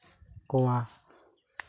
ᱠᱚᱣᱟ